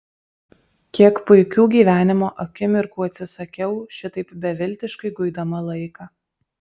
kiek puikių gyvenimo akimirkų atsisakiau šitaip beviltiškai guidama laiką